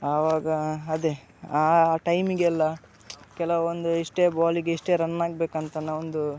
ಆವಾಗ ಅದೆ ಆ ಟೈಮಿಗೆಲ್ಲ ಕೆಲವೊಂದು ಇಷ್ಟೆ ಬಾಲಿಗೆ ಇಷ್ಟೆ ರನ್ ಆಗ್ಬೇಕು ಅಂತನು ಒಂದು